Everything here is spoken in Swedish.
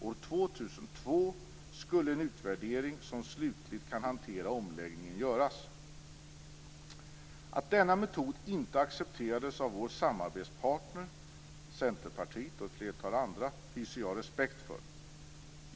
År 2002 skulle en utvärdering som slutligt kan hantera omläggningen göras. Att denna metod inte accepterades av vår samarbetspartner Centerpartiet och ett flertal andra hyser jag respekt för.